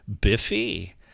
Biffy